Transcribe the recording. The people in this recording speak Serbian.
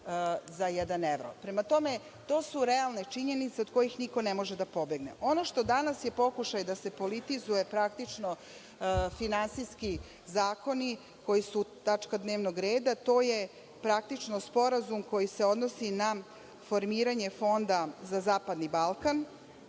za jedan evro. Prema tome, to su realne činjenice od kojih niko ne može da pobegne. Ono što je danas pokušaj da se politizuje, praktično, finansijski zakoni koji su tačka dnevnog reda, to je, praktično, sporazum koji se odnosi na formiranje Fonda za zapadni Balkan.